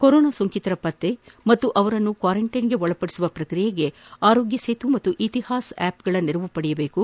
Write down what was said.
corona ಸೋಂಕಿತರ ಪತ್ತೆ ಮತ್ತು ಅವರನ್ನು ಕ್ವಾರಂಟೈನ್ಗೆ ಒಳಪದಿಸುವ ಪ್ರಕ್ರಿಯೆಗೆ ಆರೋಗ್ಯ ಸೇತು ಮತ್ತು ಇತಿಹಾಸ್ ಆಪ್ಗಳ ನೆರವು ಪಡೆಯಬೇಕು